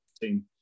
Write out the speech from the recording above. team